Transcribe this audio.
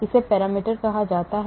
उन्हें पैरामीटर कहा जाता है